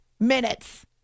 Minutes